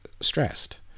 stressed